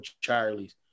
Charlie's